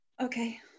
Okay